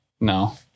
no